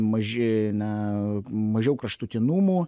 maži na mažiau kraštutinumų